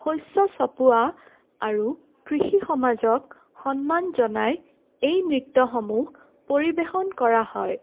শস্য চপোৱা আৰু কৃষি সমাজক সন্মান জনাই এই নৃত্যসমূহ পৰিৱেশন কৰা হয়